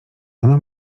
ona